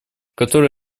которые